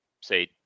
say